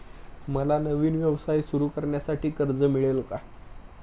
मला नवीन व्यवसाय सुरू करण्यासाठी कर्ज मिळेल का?